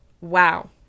wow